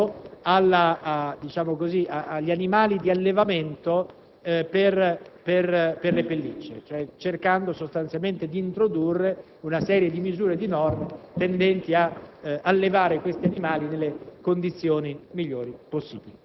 dove il proponente era l'onorevole Boato, relativo agli animali di allevamento per le pellicce, cercando sostanzialmente di introdurre una serie di misure e di norme